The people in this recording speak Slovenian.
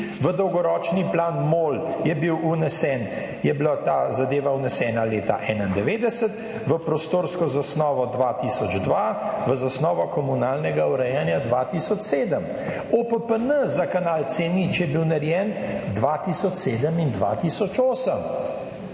v dolgoročni plan MOL je bil vnesen, je bila ta zadeva vnesena leta 1991, v prostorsko zasnovo 2002, v zasnovo komunalnega urejanja 2007. OPPN za kanal C0 je bil narejen 2007 in 2008.